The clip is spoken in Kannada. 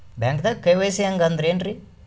ಬ್ಯಾಂಕ್ದಾಗ ಕೆ.ವೈ.ಸಿ ಹಂಗ್ ಅಂದ್ರೆ ಏನ್ರೀ?